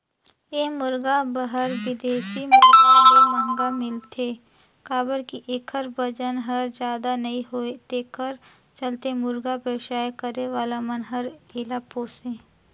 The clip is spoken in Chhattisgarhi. ए मुरगा हर बिदेशी मुरगा ले महंगा मिलथे काबर कि एखर बजन हर जादा नई होये तेखर चलते मुरगा बेवसाय करे वाला मन हर एला पोसे